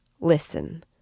listen